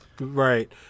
Right